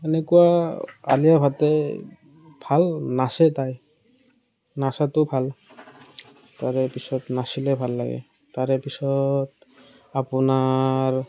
এনেকুৱা আলিয়া ভাটে ভাল নাচে তাই নাচাটো ভাল তাৰে পিছত নাচিলে ভাল লাগে তাৰে পিছত আপোনাৰ